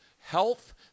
health